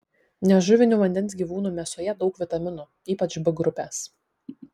nežuvinių vandens gyvūnų mėsoje daug vitaminų ypač b grupės